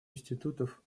институтов